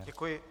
Děkuji.